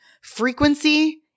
Frequency